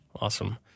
Awesome